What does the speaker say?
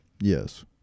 yes